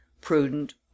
Prudent